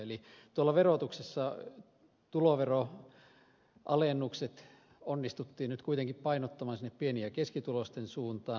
eli tuolla verotuksessa tuloveronalennukset onnistuttiin nyt kuitenkin painottamaan sinne pieni ja keskituloisten suuntaan